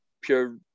pure